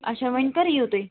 اَچھا وۅنۍ کَر یِیِو تُہۍ